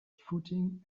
footing